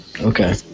Okay